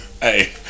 Hey